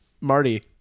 Marty